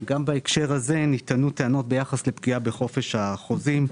גם בהקשר הזה נטענו טענות ביחס לפגיעה בחופש החוזים,